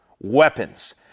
weapons